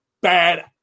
bad